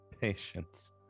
Patience